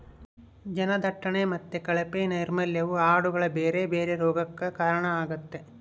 ಜನದಟ್ಟಣೆ ಮತ್ತೆ ಕಳಪೆ ನೈರ್ಮಲ್ಯವು ಆಡುಗಳ ಬೇರೆ ಬೇರೆ ರೋಗಗಕ್ಕ ಕಾರಣವಾಗ್ತತೆ